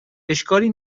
اشکالی